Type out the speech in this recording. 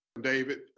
David